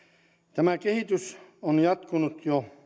tämä kehitys on jatkunut jo